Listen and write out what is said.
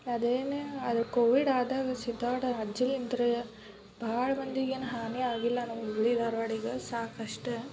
ಅದೇನೇ ಆದ್ರೆ ಕೋವಿಡ್ ಆದಾಗ ಸಿಕ್ಕಾಪಟ್ಟೆ ಭಾಳ ಮಂದಿಗೇನೂ ಹಾನಿ ಆಗಿಲ್ಲ ನಮ್ಮ ಹುಬ್ಬಳ್ಳಿ ಧಾರ್ವಾಡಿಗೆ ಸಾಕಷ್ಟು